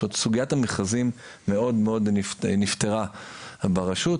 סוגיית המכרזים מאוד נפתרה ברשות.